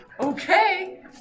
Okay